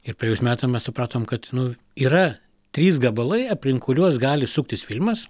ir praėjus metam mes supratom kad nu yra trys gabalai aplink kuriuos gali suktis filmas